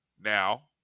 now